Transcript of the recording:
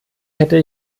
hätte